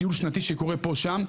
זה קצת בטיול שנתי שקורה פה שם,